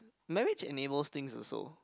marriage enables things also